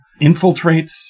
infiltrates